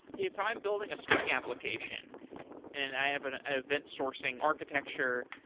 if i'm building a spring application and i have an event sourcing architecture,